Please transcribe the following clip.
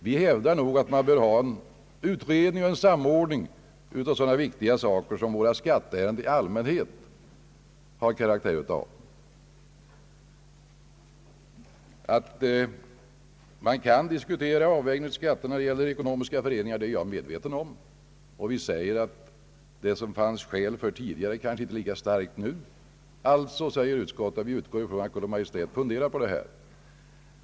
Vi hävdar att det bör ske en utredning och en samordning när det gäller så viktiga saker som våra skatter. Man kan ju diskutera avvägningen av skatterna på våra ekonomiska föreningar. Även om det fanns skäl härför tidigare, kanske skälet inte är lika starkt nu. Alltså, säger utskottet, utgår vi från att Kungl. Maj:t funderar på detta.